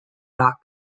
dot